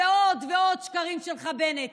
ועוד ועוד שקרים שלך, בנט.